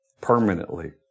permanently